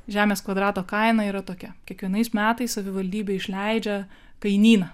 žemės kvadrato kaina yra tokia kiekvienais metais savivaldybė išleidžia kainyną